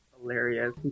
Hilarious